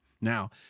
Now